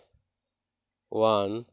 one